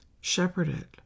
shepherded